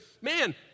man